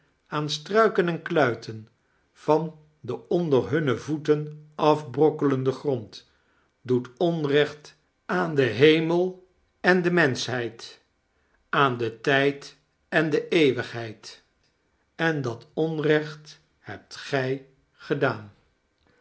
aan struiken en kluiten van den onder himne voeten afgebrokkelden grond doet onrecht aan den heanel en de menschheid aan den tijd en de eewwighcid en dat onrecht hebt gij gedaan